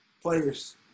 players